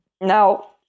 Now